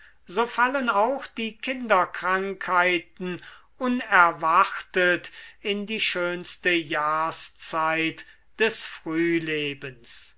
so fallen auch die kinderkrankheiten unerwartet in die schönste jahrszeit des